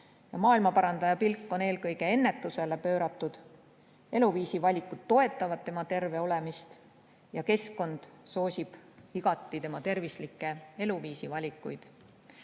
Maailmaparandaja pilk on eelkõige ennetusele pööratud. Eluviisi valikud toetavad tema terve olemist ja keskkond soosib igati tema tervisliku eluviisi valikuid.